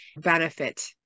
benefit